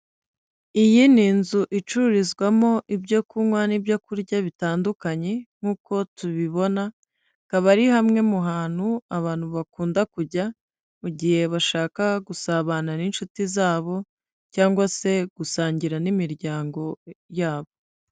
Iyi ni inzu icururizwamo ibyo kunywa n'ibyokurya bitandukanye nkuko tubibona kaba ari hamwe mu hantu abantu bakunda kujya mu gihe bashaka gusabana n'inshuti zabo cyangwa se gusangira n'imiryango yabo.